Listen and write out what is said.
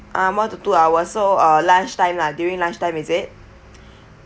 uh one to two hours so uh lunchtime lah during lunchtime is it